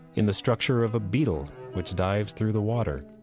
in the structure of a beetle, which dives through the water,